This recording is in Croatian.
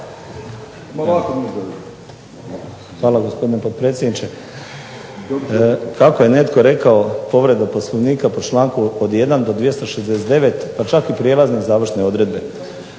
Hvala gospodine potpredsjedniče. Kako je netko povredu Poslovnika po članku od 1. do 269. pa čak i prijelazne i završne odredbe.